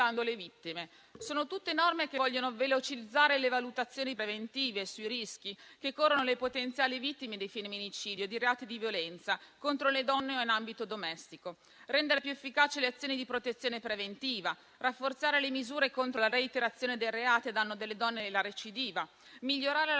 le vittime. Sono tutte norme che vogliono velocizzare le valutazioni preventive sui rischi che corrono le potenziali vittime di femminicidio e di reati di violenza contro le donne o in ambito domestico, rendere più efficaci le azioni di protezione preventiva, rafforzare le misure contro la reiterazione dei reati in danno delle donne e la recidiva, migliorare la